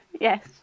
Yes